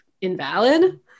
invalid